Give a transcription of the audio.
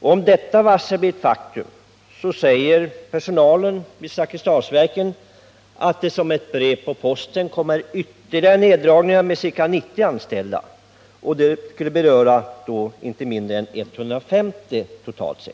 Om detta varsel blir ett faktum, menar personalen vid Zakrisdalsverken att det som ett brev på posten kommer ytterligare neddragningar med ca 90 anställda. Varslet skulle då totalt sett beröra inte mindre än 150 anställda.